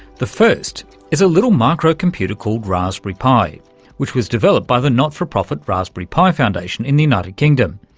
the first is a little micro-computer called raspberry pi which was developed by the not-for-profit raspberry pi foundation in the united kingdom.